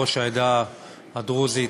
ראש העדה הדרוזית,